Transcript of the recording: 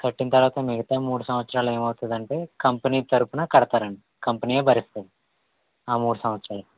కట్టిన తరువాత మిగితా మూడు సంవత్సరాలు ఏమవుతుంది అంటే కంపెనీ తరపున కడతారండీ కంపెనీయే భరిస్తుంది ఆ మూడు సంవత్సరాలు